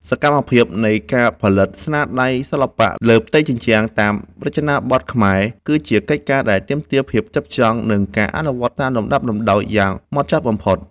សកម្មភាពនៃការផលិតស្នាដៃសិល្បៈលើផ្ទៃជញ្ជាំងតាមរចនាបថខ្មែរ គឺជាកិច្ចការដែលទាមទារភាពផ្ចិតផ្ចង់ និងការអនុវត្តតាមលំដាប់លំដោយយ៉ាងហ្មត់ចត់បំផុត។